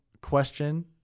question